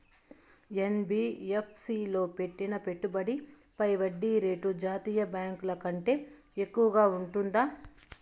NBFC లో పెట్టిన పెట్టుబడి పై వడ్డీ రేటు జాతీయ బ్యాంకు ల కంటే ఎక్కువగా ఉంటుందా?